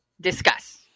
Discuss